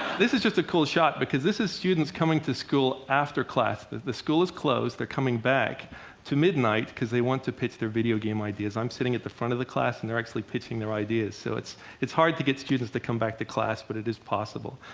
this is just a cool shot, because this is students coming to school after class. the the school is closed they're coming back at midnight because they want to pitch their video game ideas. i'm sitting at the front of the class, and they're actually pitching their ideas. so it's it's hard to get students to come back to class, but it is possible.